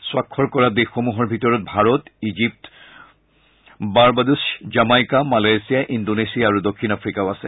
স্বাক্ষৰ কৰা দেশসমূহৰ ভিতৰত Bharat Egypt Barbados Jamaica Malaysia Indonesia আৰু দক্ষিণ আফ্ৰিকাও আছে